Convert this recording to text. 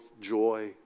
joy